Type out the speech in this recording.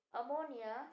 ammonia